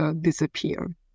disappear